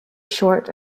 short